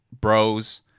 bros